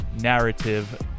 narrative